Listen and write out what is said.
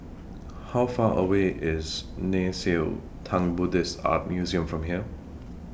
How Far away IS Nei Xue Tang Buddhist Art Museum from here